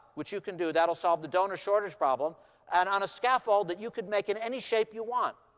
which you can do that'll solve the donor shortage problem and on a scaffold that you could make in any shape you want.